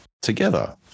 together